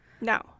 No